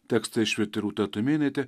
tekstą išvertė rūta tumėnaitė